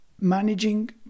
Managing